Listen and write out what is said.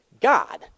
God